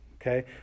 okay